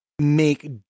make